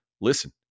listen